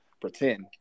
pretend